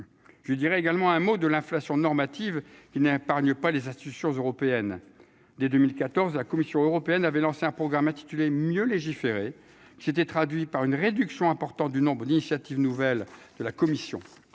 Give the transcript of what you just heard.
je dirais également un mot de l'inflation normative il n'un épargne pas les institutions européennes dès 2014, la Commission européenne avait lancé un programme intitulé Mieux légiférer s'était traduit par une réduction importante du nombre d'initiatives nouvelles de la commission, madame